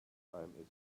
time